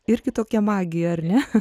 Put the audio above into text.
irgi tokia magija ar ne